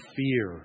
fear